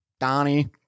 donnie